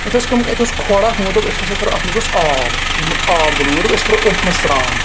اَتہِ ٲسۍ کٲم اَتہِ اوس کھوڈ اکھ یِمو دوٚپ أسۍ ہسا کَرو اَتھ منٛز اوٚس آب آب جمع یِمو دوٚپ أسۍ کَرو أتھۍ منٛز سرٛان